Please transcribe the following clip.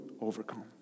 overcome